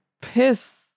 piss